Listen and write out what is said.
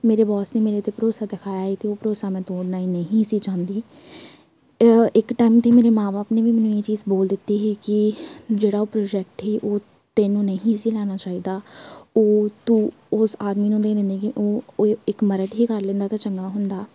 ਮੇਰੇ ਬੋਸ ਨੇ ਮੇਰੇ 'ਤੇ ਭਰੋਸਾ ਦਿਖਾਇਆ ਹੈ ਅਤੇ ਉਹ ਭਰੋਸਾ ਮੈਂ ਤੋੜਨਾ ਹੀ ਨਹੀਂ ਸੀ ਚਾਹੁੰਦੀ ਇੱਕ ਟਾਈਮ 'ਤੇ ਮੇਰੇ ਮਾਂ ਬਾਪ ਨੇ ਵੀ ਮੈਨੂੰ ਇਹ ਹੀ ਚੀਜ਼ ਬੋਲ ਦਿੱਤੀ ਸੀ ਕਿ ਜਿਹੜਾ ਪ੍ਰੋਜੈਕਟ ਸੀ ਉਹ ਤੈਨੂੰ ਨਹੀਂ ਸੀ ਲੈਣਾ ਚਾਹੀਦਾ ਉਹ ਤੂੰ ਉਸ ਆਦਮੀ ਨੂੰ ਦੇ ਦਿੰਦੀ ਕਿ ਉਹ ਉਹ ਇੱਕ ਮਰਦ ਹੀ ਕਰ ਲੈਂਦਾ ਤਾਂ ਚੰਗਾ ਹੁੰਦਾ